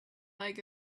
leg